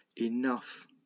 Enough